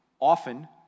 often